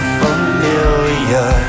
familiar